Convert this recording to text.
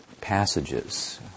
passages